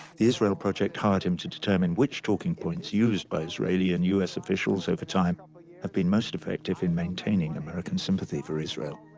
the israel project hired him to determine which talking points used by israeli and us officials over time um ah yeah have been most effective in maintaining american sympathy for israel.